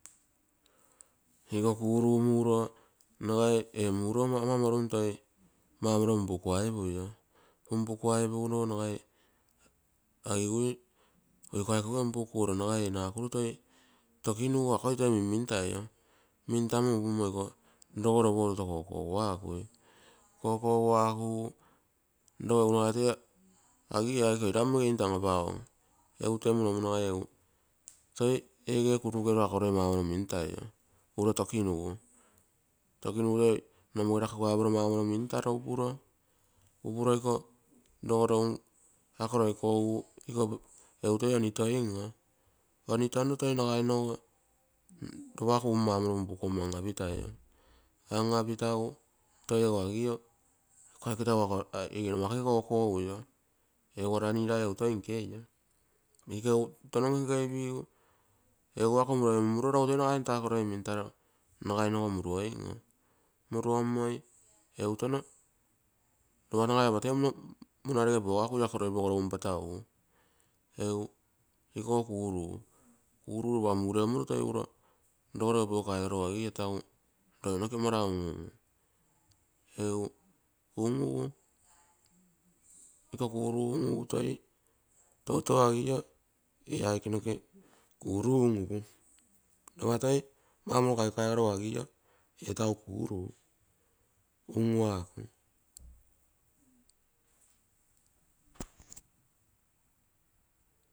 Iko kuru muro, nagai ee muuro ama morum toi maumoro punpuku aipuio. punpukuorogu ro, nagai agigui oi iko aike auge punpukuoro, nagai ee nakuru. Tokinugu akoi toi minmintaio, mintamo upumo iko rogoro opou toto kokoguakui, kokoguakugu roo egu nagai toi agi la aike oirammo ege into an apagom. Egu temu nomu nagai toi ege kurukeru ako roi maumoro mintaio, uro tokinugu, tokinugu toi nomoge rakugaipuro maumoro mintalo upuro. Iko rogolo unn ako roi kogugu egu toi onitoim oo, onitonno toi lopa ako rogolo umm maumorilo punpukuommo an apitai, an apitagu toi egu agio ako aike tagu ege numakuge kokoguio. Egu araninai egu toi nkeio. Iko egu tono nke nkei pigu egu ako roi munare mun muruorogu egu toi mintaro nagai muruoim oo, muruommo egu tono, lopa roi patagugu. Egu ikogo kuuru, kuuru lopa muneguro toi uro ikoge rogoroge opoge kaigorogu agi ia tegu roi noke mara unun, u egu un, ugu, iko kuuru un ugu. Toutou agio ia aike roke kuuru unun-uu, lopa toi maumorilo kaigorogu agio la tagu kuuru.